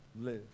live